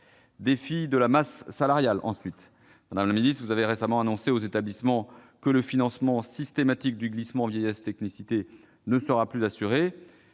défi de la masse salariale. Madame la ministre, vous avez récemment annoncé aux établissements que le financement systématique du glissement vieillesse-technicité ne sera plus assuré.